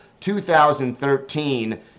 2013